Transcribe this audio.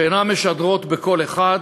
שאינן משדרות בקול אחד,